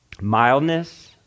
mildness